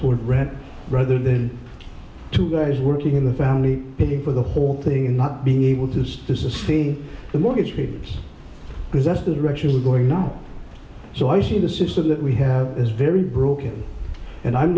toward rent rather than two guys working in the family sitting for the whole thing and not being able to see the mortgage payments because that's the direction we're going now so i see the system that we have is very broken and i'm